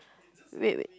wait wait